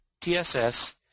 TSS